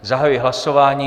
Zahajuji hlasování.